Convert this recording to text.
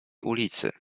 ulicy